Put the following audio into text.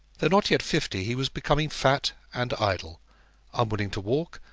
though not yet fifty, he was becoming fat and idle unwilling to walk,